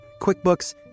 QuickBooks